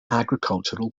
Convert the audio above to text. agricultural